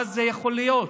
מה זה יכול להיות: